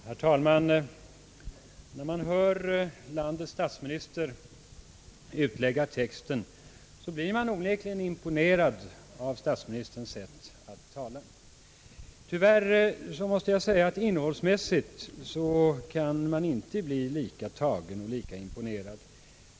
Herr talman! När man hör landets statsminister utlägga texten blir man onekligen imponerad av hans sätt att tala. Tyvärr måste jag säga att man innehållsmässigt inte kan bli lika tagen och imponerad.